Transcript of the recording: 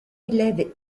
élève